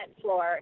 floor